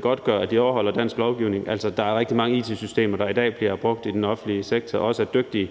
godtgøre, at de overholder dansk lovgivning. Altså, der er rigtig mange it-systemer, der i dag bliver brugt i den offentlige sektor, fra dygtige